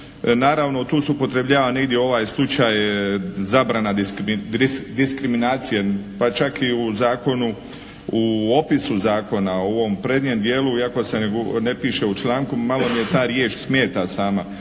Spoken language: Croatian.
Naravno tu se upotrebljava negdje ovaj slučaj zabrana diskriminacije, pa čak i u zakonu, u opisu zakonu u ovom prednjem dijelu iako se ne piše u članku, malo me ta riječ smeta sama.